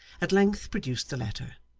at length produced the letter.